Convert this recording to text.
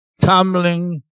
tumbling